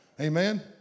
Amen